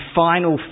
final